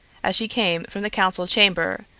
as she came from the council-chamber,